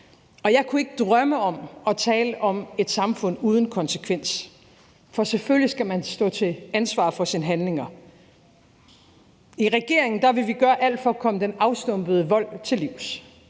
Og jeg kunne ikke drømme om at tale om et samfund uden konsekvens, for selvfølgelig skal man stå til ansvar for sine handlinger. I regeringen vil vi gøre alt for at komme den afstumpede vold til livs